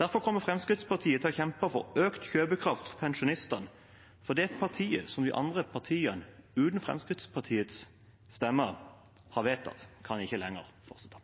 Derfor kommer Fremskrittspartiet til å kjempe for økt kjøpekraft for pensjonistene, for det systemet som de andre partiene – uten Fremskrittspartiets stemmer – har vedtatt, kan ikke lenger fortsette.